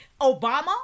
Obama